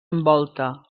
envolta